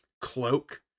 cloak